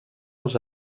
als